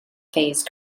phase